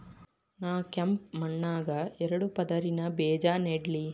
ನಾ ಕೆಂಪ್ ಮಣ್ಣಾಗ ಎರಡು ಪದರಿನ ಬೇಜಾ ನೆಡ್ಲಿ?